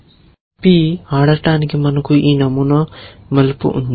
P ఆడటానికి మనకు ఈ నమూనా మలుపు ఉంది